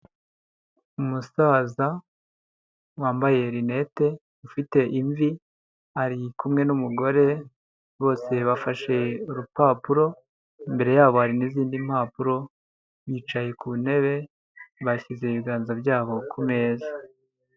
Umusaza wambaye rinete ufite imvi, ari kumwe n'umugore, bose bafashe urupapuro, imbere yabo hari n'izindi mpapuro, bicaye ku ntebe bashyize ibiganza byabo ku meza.